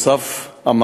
נוסף על כך,